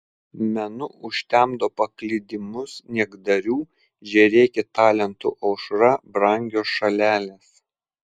menu užtemdo paklydimus niekdarių žėrėki talentų aušra brangios šalelės